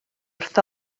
wrth